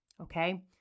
Okay